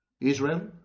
Israel